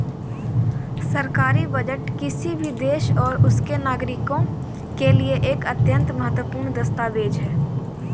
सरकारी बजट किसी भी देश और उसके नागरिकों के लिए एक अत्यंत महत्वपूर्ण दस्तावेज है